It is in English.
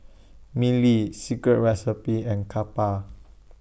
Mili Secret Recipe and Kappa